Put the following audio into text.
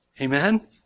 Amen